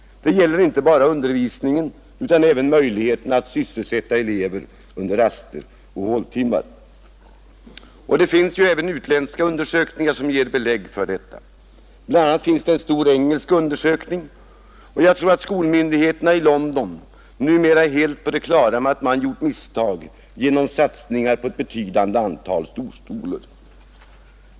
Detta gäller inte bara undervisningen utan även möjligheterna att sysselsätta eleverna under raster och håltimmar. Det finns även utländska undersökningar som ger belägg för detta. Bl. a. finns det en stor engelsk undersökning, och jag tror att skolmyndigheterna i London numera är helt på det klara med att man gjort misstag genom att satsa på ett betydande antal storskolor.